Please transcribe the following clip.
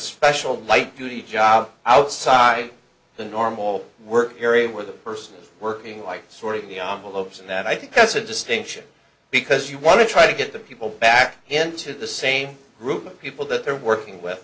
special light duty job outside the normal work area where the person working like sorting the on will open that i think that's a distinction because you want to try to get the people back into the same group of people that they're working